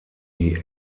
die